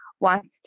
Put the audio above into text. wants